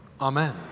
Amen